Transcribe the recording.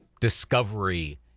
discovery